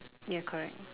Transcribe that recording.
ya correct